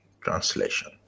translation